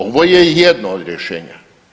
Ovo je jedno od rješenja.